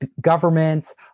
governments